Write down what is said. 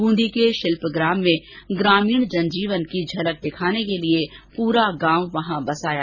ब्रंदी के शिल्पग्राम में ग्रामीण जनजीवन की झलक दिखाने के लिए प्ररा गांव वहां बसाया गया है